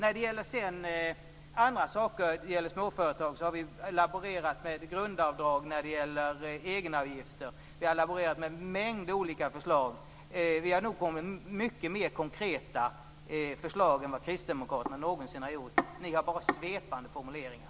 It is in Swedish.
Vi har också laborerat med grundavdrag när det gäller egenavgifter och en mängd andra förslag. Vi har nog kommit med mycket mer konkreta förslag än vad kristdemokraterna någonsin har gjort. Ni har bara svepande formuleringar.